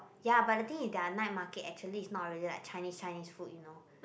ya but the thing is their night market actually is not really like Chinese Chinese food you know